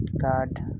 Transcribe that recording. card